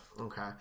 Okay